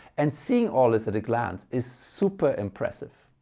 and seeing all this at a glance is super impressive.